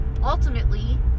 ultimately